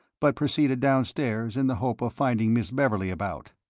but proceeded downstairs in the hope of finding miss beverley about.